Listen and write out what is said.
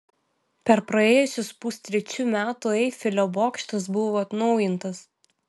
per praėjusius pustrečių metų eifelio bokštas buvo atnaujintas